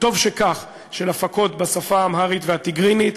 וטוב שכך, של הפקות בשפה האמהרית והטיגרית.